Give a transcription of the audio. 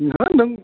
ओहो नों